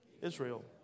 Israel